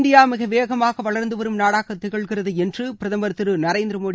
India மிக வேகமாக வளா்ந்துவரும் நாடாக திகழ்கிறது என்று பிரதம் திரு நரேந்திர மோடி